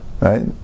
Right